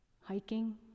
hiking